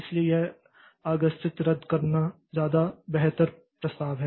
इसलिए यह आस्थगित रद्द करना ज्यादा बेहतर प्रस्ताव है